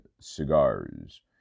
cigars